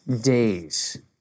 days